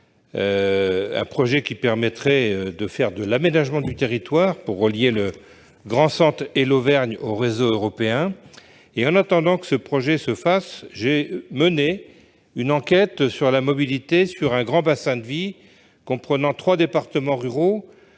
Ce projet d'aménagement du territoire vise à relier le Grand Centre et l'Auvergne au réseau européen. En attendant que ce projet se fasse, j'ai mené une enquête sur la mobilité dans un grand bassin de vie comprenant trois départements ruraux,